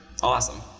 Awesome